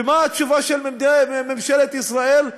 ומה התשובה של ממשלת ישראל?